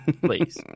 Please